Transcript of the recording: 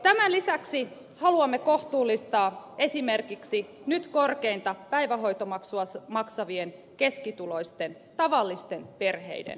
tämän lisäksi haluamme kohtuullistaa esimerkiksi nyt korkeinta päivähoitomaksua maksavien keskituloisten tavallisten perheiden päivähoitomaksuja